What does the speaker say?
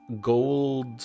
gold